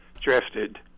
drafted